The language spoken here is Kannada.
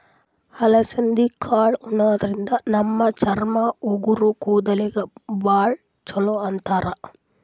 ಅಲಸಂದಿ ಕಾಳ್ ಉಣಾದ್ರಿನ್ದ ನಮ್ ಚರ್ಮ, ಉಗುರ್, ಕೂದಲಿಗ್ ಭಾಳ್ ಛಲೋ ಅಂತಾರ್